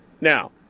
Now